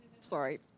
Sorry